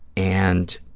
and